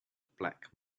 black